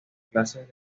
clases